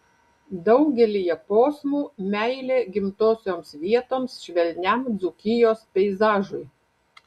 daugelyje posmų meilė gimtosioms vietoms švelniam dzūkijos peizažui